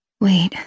Wait